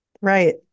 Right